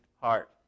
heart